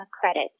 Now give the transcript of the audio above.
credit